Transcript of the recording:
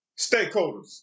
Stakeholders